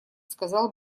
сказал